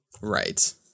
right